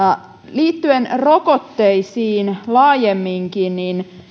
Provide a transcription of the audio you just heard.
liittyen rokotteisiin laajemminkin